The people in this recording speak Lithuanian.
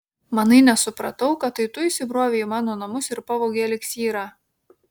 manai nesupratau kad tai tu įsibrovei į mano namus ir pavogei eliksyrą